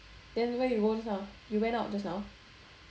then where you go just now you went out just now